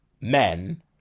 men